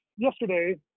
Yesterday